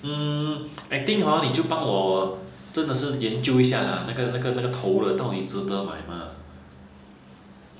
mm I think hor 你就帮我真的是研究一下那个那个那个头的到底值得买 mah